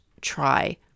try